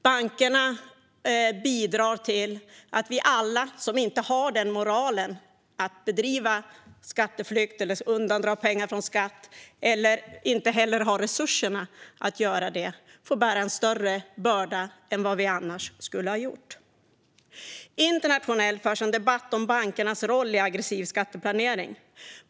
Bankerna bidrar till att vi alla som inte har den moralen att ägna sig åt skatteflykt, undandra pengar från skatt eller inte heller har resurserna att göra det får bära en större börda än vad vi annars skulle ha gjort. Internationellt förs en debatt om bankernas roll i aggressiv skatteplanering.